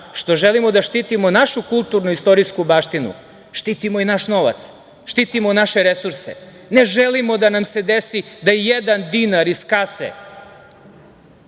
što želimo da štitimo našu kulturno-istorijsku baštinu, štitimo i naš novac, štitimo naše resurse. Ne želimo da nam se desi da i jedan dinar iz kase